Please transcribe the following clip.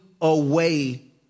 away